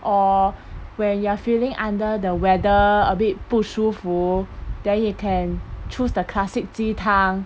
or when you're feeling under the weather a bit 不舒服 then you can choose the classic 鸡汤